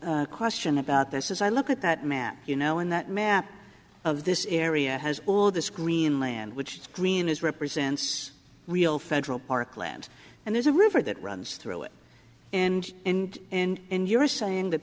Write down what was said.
my question about this is i look at that map you know in that map of this in area has all this green land which green is represents real federal park land and there's a river that runs through it and and and you're saying that